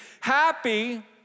happy